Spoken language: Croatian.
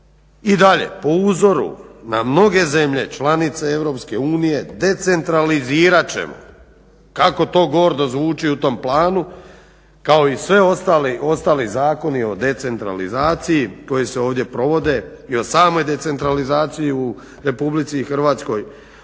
I dalje po uzoru na mnoge zemlje članice EU decentralizirat ćemo kako to gordo zvuči u tom planu kao i sve ostali zakoni o decentralizaciji koji se ovdje provode i o samoj decentralizaciji u RH, upravljanje